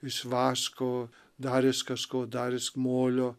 iš vaško dar iš kažko dar iš molio